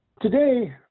Today